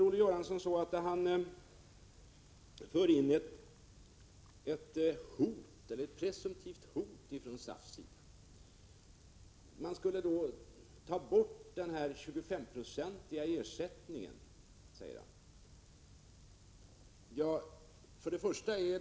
Olle Göransson inför då ett presumtivt hot från SAF. SAF skulle ta bort den 25-procentiga ersättningen, säger han.